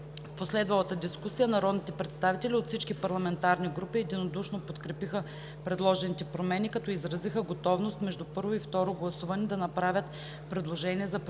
В последвалата дискусия народните представители от всички парламентарни групи единодушно подкрепиха предложените промени, като изразиха готовност между първо и второ гласуване да направят предложения за прецизиране